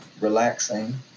relaxing